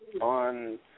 On